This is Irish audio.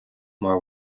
mar